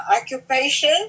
occupation